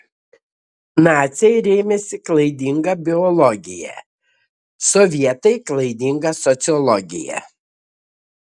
naciai rėmėsi klaidinga biologija sovietai klaidinga sociologija